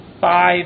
five